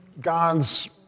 God's